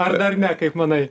ar dar ne kaip manai